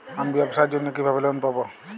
আমি ব্যবসার জন্য কিভাবে লোন পাব?